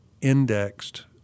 indexed